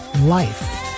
Life